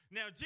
Now